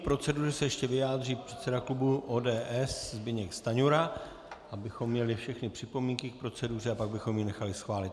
K proceduře se ještě vyjádří předseda klubu ODS Zbyněk Stanjura, abychom měli všechny připomínky k proceduře, a pak bychom ji nechali schválit.